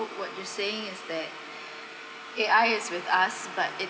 what you're saying is that A_I is with us but it